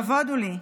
לכבוד הוא לי.